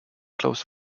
close